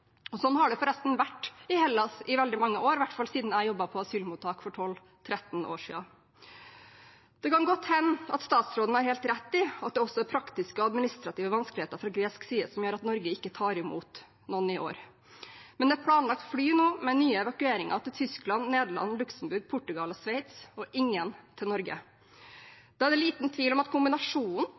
har det forresten vært i Hellas i veldig mange år, i hvert fall siden jeg jobbet på et asylmottak, for 12–13 år siden. Det kan godt hende at statsråden har helt rett i at det også er praktiske og administrative vanskeligheter på gresk side som gjør at Norge ikke tar imot noen i år, men det er nå planlagt fly for nye evakueringer til Tyskland, Nederland, Luxembourg, Portugal og Sveits – ingen til Norge. Da er det liten tvil om at kombinasjonen